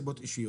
ירשמו.